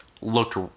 Looked